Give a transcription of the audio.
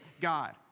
God